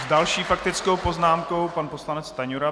S další faktickou poznámkou pan poslanec Stanjura.